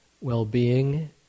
well-being